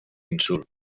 insult